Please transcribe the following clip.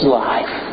life